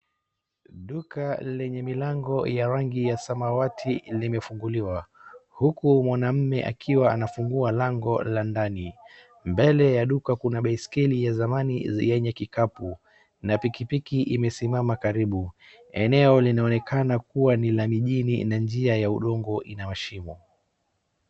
Duka lenye milango ya rangi ya samawati limefunguliwa, huku mwanamume akiwa anafungua lango la ndani. Mbele ya duka kuna baiskeli ya zamani yenye kikapu, na pikipiki imesimama karibu. Eneo linaonekana kuwa ni la mijini na njia ya udongo ina mashimo.